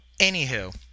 Anywho